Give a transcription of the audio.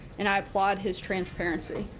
and i applaud his transparency.